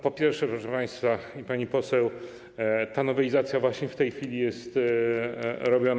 Po pierwsze, proszę państwa, pani poseł, ta nowelizacja właśnie w tej chwili jest robiona.